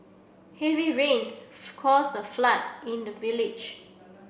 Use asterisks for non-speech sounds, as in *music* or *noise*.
heavy rains *unintelligible* caused the flood in the village